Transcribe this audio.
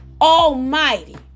Almighty